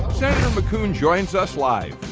senator mckuhn joins us live.